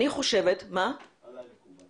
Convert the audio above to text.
אני חושבת --- עליי מקובל.